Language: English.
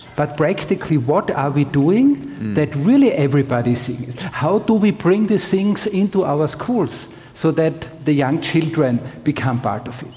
but practically what are we doing that really everybody sees, how do we bring these things into our schools so that the young children become part of it?